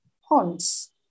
horns